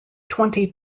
twenty